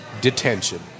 detention